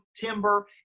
timber